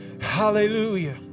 Hallelujah